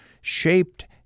shaped